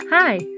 Hi